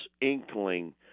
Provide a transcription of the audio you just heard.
inkling